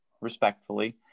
respectfully